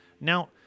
Now